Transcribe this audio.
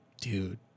dude